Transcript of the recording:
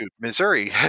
missouri